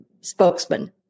spokesman